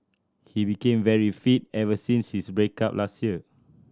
he became very fit ever since his break up last year